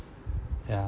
ya